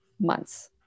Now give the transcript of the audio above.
months